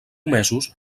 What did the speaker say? mesos